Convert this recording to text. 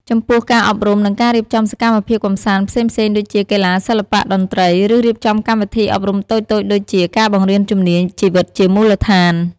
ចំពោះការអប់រំនិងការរៀបចំសកម្មភាពកម្សាន្តផ្សេងៗដូចជា កីឡា សិល្បៈ តន្ត្រី ឬរៀបចំកម្មវិធីអប់រំតូចៗដូចជា ការបង្រៀនជំនាញជីវិតជាមូលដ្ឋាន ។